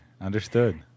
Understood